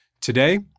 Today